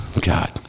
god